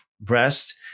breast